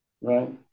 right